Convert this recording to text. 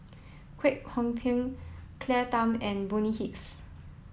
Kwek Hong Png Claire Tham and Bonny Hicks